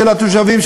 של התושבים,